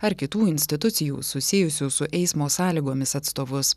ar kitų institucijų susijusių su eismo sąlygomis atstovus